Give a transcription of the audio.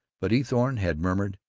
but eathorne had murmured,